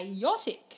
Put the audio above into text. chaotic